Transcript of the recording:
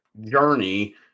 journey